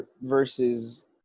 versus